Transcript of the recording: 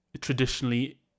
traditionally